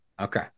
Okay